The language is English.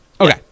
Okay